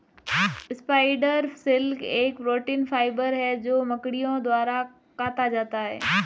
spider silk एक protein fibre है जो मकड़ियों द्वारा काता जाता है